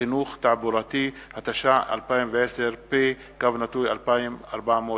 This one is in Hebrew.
חינוך תעבורתי), התש"ע 2010, פ/2440/18.